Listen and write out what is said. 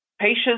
Patients